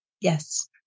Yes